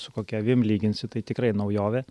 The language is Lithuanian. su kokia avim lyginsi tai tikrai naujovė